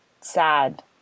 sad